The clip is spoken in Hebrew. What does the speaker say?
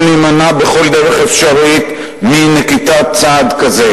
להימנע בכל דרך אפשרית מנקיטת צעד כזה.